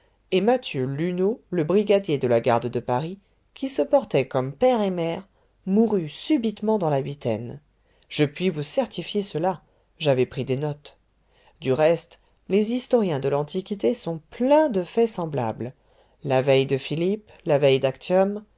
et mathieu luneau le brigadier de la garde de paris qui se portait comme père et mère mourut subitement dans la huitaine je puis vous certifier cela j'avais pris des notes du reste les historiens de l'antiquité sont pleins de faits semblables la veille de philippes la veille d'actium